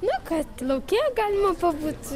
nu kad lauke galima pabūt